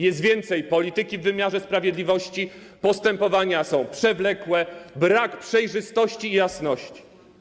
Jest więcej polityki w wymiarze sprawiedliwości, postępowania są przewlekłe, brak przejrzystości i jasności.